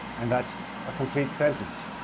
and that's a complete sentence.